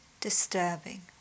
disturbing